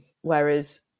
whereas